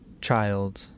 child